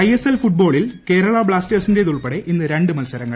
ISL ഫുട്ബോളിൽ കേരള ബ്ലാസ്റ്റേഴ്സിന്റേത് ഉൾപ്പെടെ ഇന്ന് രണ്ട് മത്സരങ്ങൾ